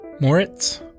Moritz